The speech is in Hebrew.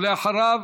ואחריו,